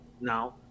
Now